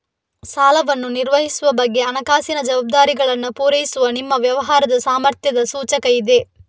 ಸಾಲವನ್ನು ನಿರ್ವಹಿಸುವ ಬಗ್ಗೆ ಹಣಕಾಸಿನ ಜವಾಬ್ದಾರಿಗಳನ್ನ ಪೂರೈಸುವ ನಿಮ್ಮ ವ್ಯವಹಾರದ ಸಾಮರ್ಥ್ಯದ ಸೂಚಕ ಇದೆ